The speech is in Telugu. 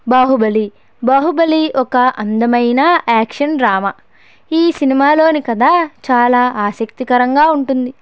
బాహుబలి బాహుబలి ఒక అందమైన యాక్షన్ డ్రామా ఈ సినిమాలోని కథ చాలా ఆసక్తి కరంగా ఉంటుంది